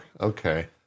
Okay